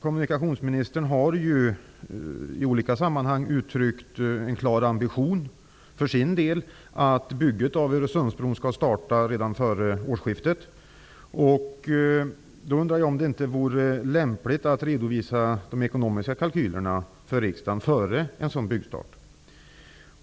Kommunikationsministern har för sin del i olika sammanhang uttryckt en klar ambition att bygget av Öresundsbron skall starta redan före årsskiftet. Jag undrar om det inte är lämpligt att man för riksdagen redovisar de ekonomiska kalkylerna före en sådan byggstart.